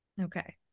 Okay